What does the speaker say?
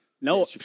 No